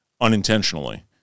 unintentionally